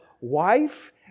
wife